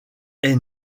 est